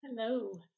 Hello